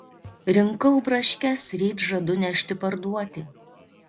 rinkau braškes ryt žadu nešti parduoti